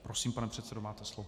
Prosím, pane předsedo, máte slovo.